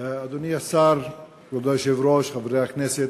אדוני השר, כבוד היושב-ראש, חברי הכנסת,